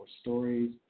stories